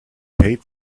paid